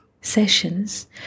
sessions